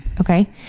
Okay